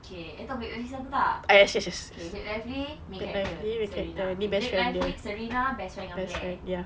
okay you tahu blake lively siapa tak okay blake lively main character serena okay blake lively serena best friend yang blair